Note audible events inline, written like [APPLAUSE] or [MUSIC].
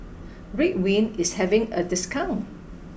[NOISE] ridwind is having a discount [NOISE]